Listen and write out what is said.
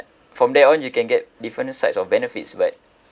from there on you can get different sides of benefits but